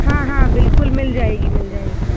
हाँ हाँ बिल्कुल मिल जाएगी मिल जाएगी